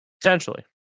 potentially